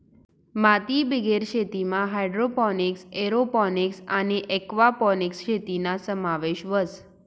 मातीबिगेर शेतीमा hydroponics, aeroponics आणि एक्वापोनिक्स शेतीना समावेश व्हस